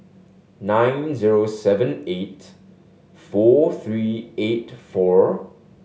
nine zero seven eight four three eight four